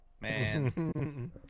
Man